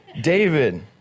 David